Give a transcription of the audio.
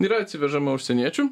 yra atsivežama užsieniečių